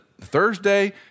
Thursday